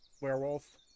werewolf